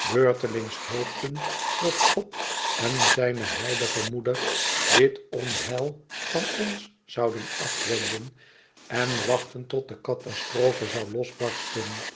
beurtelings hoopten dat god en zijne heilige moeder dit onheil van ons zouden afwenden en wachtten tot de catastrofe zoû losbarsten